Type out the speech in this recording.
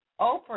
Oprah